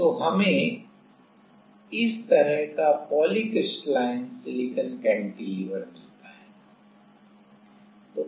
तो हमें इस तरह का पॉलीक्रिस्टलाइन सिलिकॉन कैंटिलीवर मिलता है